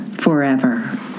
forever